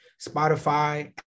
Spotify